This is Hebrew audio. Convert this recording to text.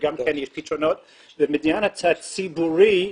בעניין הציבורי,